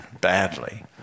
badly